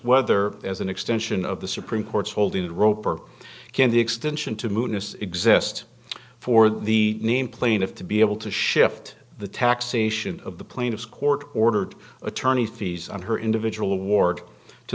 whether as an extension of the supreme court's holding the rope or can the extension to moon is exist for the name plaintiff to be able to shift the taxation of the plaintiff court ordered attorney's fees on her individual award to